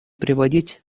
приводить